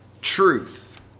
truth